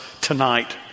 tonight